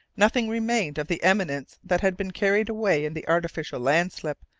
nothing remained of the eminence that had been carried away in the artificial landslip,